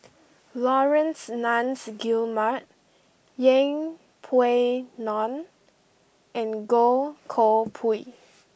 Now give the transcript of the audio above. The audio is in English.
Laurence Nunns Guillemard Yeng Pway Ngon and Goh Koh Pui